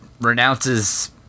renounces